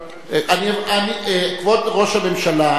כבוד ראש הממשלה,